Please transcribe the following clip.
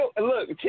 look